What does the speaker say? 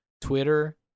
Twitter